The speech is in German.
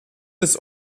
des